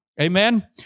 Amen